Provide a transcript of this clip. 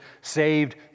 saved